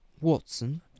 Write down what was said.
Watson